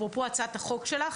אפרופו הצעת החוק שלך,